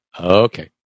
okay